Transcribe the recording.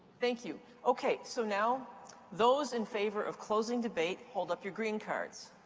thank you. okay, so now those in favor of closing debate, hold up your green cards.